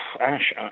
Ash